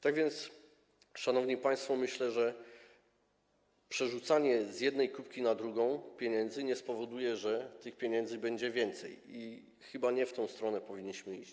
Tak więc, szanowni państwo, myślę, że przerzucanie pieniędzy z jednej kupki na drugą nie spowoduje, że tych pieniędzy będzie więcej, i chyba nie w tę stronę powinniśmy iść.